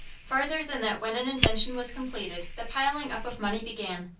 farther than that when an invention was completed, the piling up of money began.